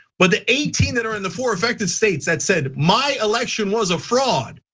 but the eighteen that are in the four affected states that said my election was a fraud,